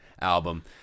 album